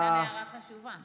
הוא העיר הערה חשובה.